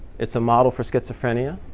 it's a model for schizophrenia.